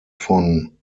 von